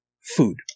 food